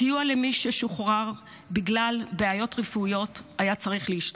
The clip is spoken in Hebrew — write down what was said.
הסיוע למי ששוחררו בגלל בעיות רפואיות היה צריך להשתפר,